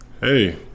hey